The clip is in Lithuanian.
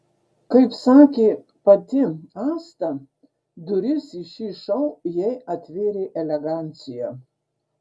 kaip sakė pati asta duris į šį šou jai atvėrė elegancija